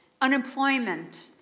unemployment